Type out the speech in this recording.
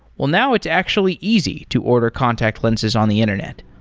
well, now it's actually easy to order contact lenses on the internet.